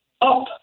up